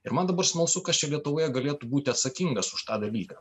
ir man dabar smalsu kas čia lietuvoje galėtų būti atsakingas už tą dalyką